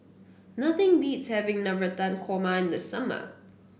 nothing beats having Navratan Korma in the summer